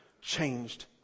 changed